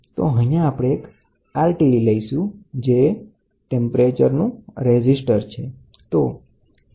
તો તમે અહીં એક રોડ મૂકો તો અહીંયા આપણી પાસે એક RTD રેઝિસ્ટન્ટ ટેમ્પરેચર ડીટેક્ટર છે